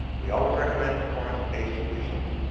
we always recommend performance-based solutions,